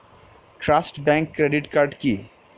Trust bank credit card কি?